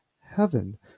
heaven